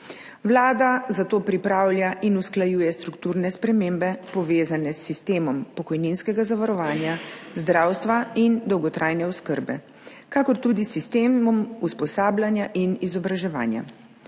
Vlada zato pripravlja in usklajuje strukturne spremembe, povezane s sistemom pokojninskega zavarovanja, zdravstva in dolgotrajne oskrbe, kakor tudi s sistemom usposabljanja in izobraževanja.